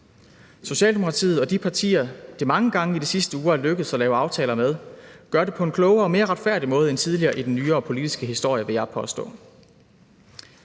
Socialdemokratiet og de partier, det mange gange i de sidste uger er lykkedes af lave aftaler med, gør det på en klogere og mere retfærdig måde end tidligere i den nyere politiske historie, vil jeg påstå.